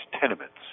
tenements